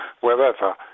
wherever